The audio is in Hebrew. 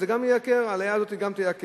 זה גם מייקר, העלייה הזאת גם תייקר.